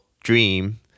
dream